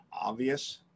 obvious